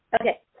Okay